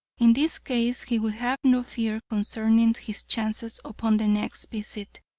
in this case he would have no fear concerning his chances upon the next visit,